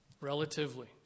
relatively